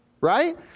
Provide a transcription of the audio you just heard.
right